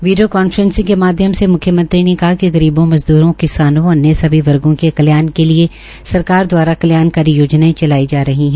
video conferencing के माध्यम से मुख्यमंत्री ने कहा कि गरीबो मजद्रों किसानों व अन्य सभी वर्गो के कल्याण के लिये सरकार दवारा कल्याणकारी योजनायों चलाई जा रही है